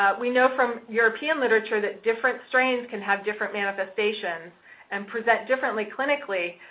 ah we know from european literature that different strains can have different manifestations and present differently clinically,